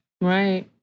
Right